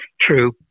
True